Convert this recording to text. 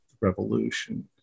Revolution